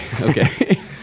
Okay